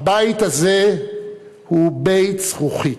הבית הזה הוא בית זכוכית,